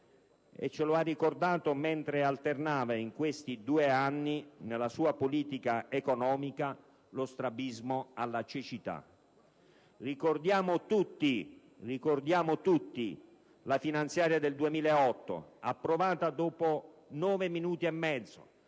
E ce lo ha ricordato mentre alternava in questi due anni, nella sua politica economica, lo strabismo alla cecità. Ricordiamo tutti la finanziaria del 2008, approvata dopo nove minuti e mezzo.